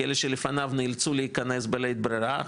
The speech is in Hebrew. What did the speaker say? כי אלה שלפניו נאלצו להיכנס בלית ברירה,